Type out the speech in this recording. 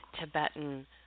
Tibetan